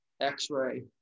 x-ray